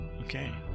Okay